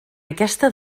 aquesta